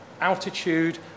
Altitude